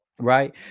Right